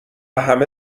همه